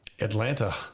Atlanta